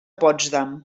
potsdam